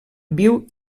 viu